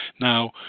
Now